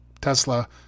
Tesla